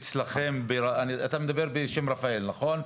אתה מדבר בשם רפאל נכון ?